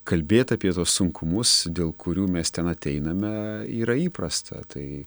kalbėt apie tuos sunkumus dėl kurių mes ten ateiname yra įprasta tai